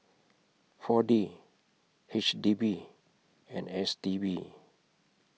four D H D B and S T B